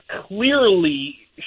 clearly